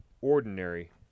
ordinary